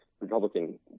Republican